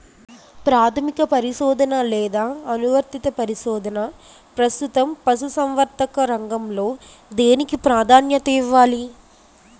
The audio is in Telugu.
ప్రాథమిక పరిశోధన లేదా అనువర్తిత పరిశోధన? ప్రస్తుతం పశుసంవర్ధక రంగంలో దేనికి ప్రాధాన్యత ఇవ్వాలి?